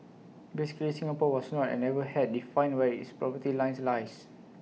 basically Singapore was not and never had defined where its poverty lines lies